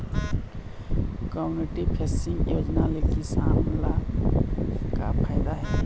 Community facing योजना ले किसान ल का फायदा हे?